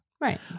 Right